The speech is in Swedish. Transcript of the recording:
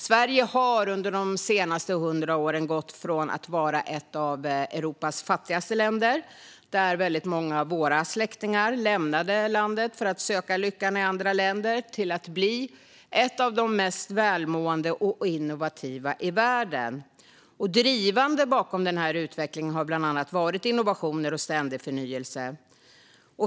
Sverige har under de senaste 100 åren gått från att vara ett av Europas fattigaste länder, där väldigt många av våra släktingar lämnade landet för att söka lyckan i andra länder, till att bli ett av de mest välmående och innovativa länderna i världen. Drivande bakom denna utveckling har varit bland annat innovationer och ständig förnyelse.